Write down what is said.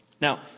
Now